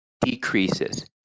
decreases